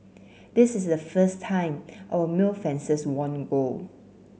this is the first time our male fencers won gold